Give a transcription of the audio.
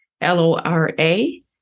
L-O-R-A